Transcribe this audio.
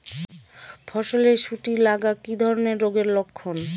ফসলে শুটি লাগা কি ধরনের রোগের লক্ষণ?